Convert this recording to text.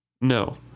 No